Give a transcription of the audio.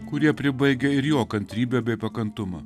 kurie pribaigia ir jo kantrybę bei pakantumą